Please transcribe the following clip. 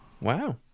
Wow